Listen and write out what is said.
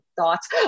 thoughts